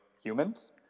humans